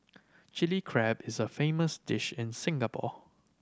Chilli Crab is a famous dish in Singapore